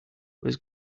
was